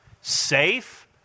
Safe